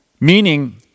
Meaning